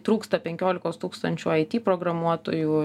trūksta penkiolikos tūkstančių aity programuotojų